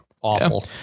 Awful